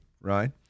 right